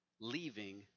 leaving